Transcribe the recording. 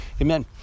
Amen